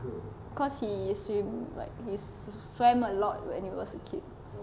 cause he swim like he's swam a lot when he was a kid